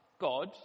God